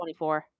24